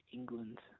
England